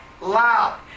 loud